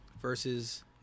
versus